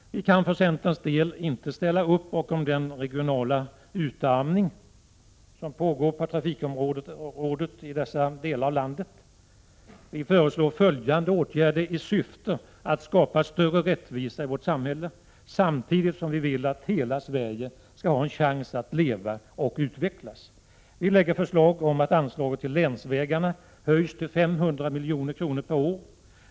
Vi kan för centerns del inte ställa upp bakom den regionala utarmning som pågår på trafikområdet i dessa delar av landet. Vi föreslår följande åtgärder i syfte att skapa större rättvisa i vårt samhälle, samtidigt som vi vill att hela Sverige skall ha en chans att leva och utvecklas: Vi lägger fram förslag om att anslagen till länsvägarna höjs till 500 milj.kr. per år.